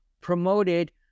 promoted